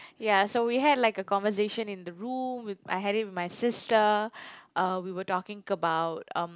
ya so had like a conversation in the room with I had it with my sister uh we were talking about um